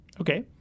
Okay